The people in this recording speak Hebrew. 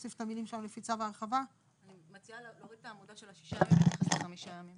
אני מציעה שאנחנו ניצמד לצו ההרחבה ולהסדר של החמישה ימים,